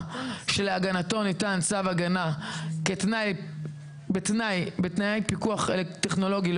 שלהגנתו ניתן צו הגנה בתנאי פיקוח טכנולוגי,